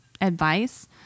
Advice